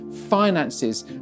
finances